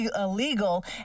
illegal